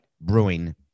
brewing